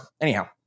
anyhow